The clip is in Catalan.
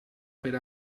per